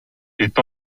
est